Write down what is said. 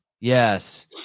yes